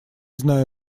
зная